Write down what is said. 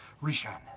reshun.